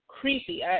creepy